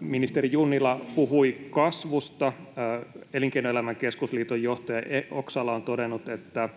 Ministeri Junnila puhui kasvusta. Elinkeinoelämän keskusliiton johtaja Oksala on todennut, että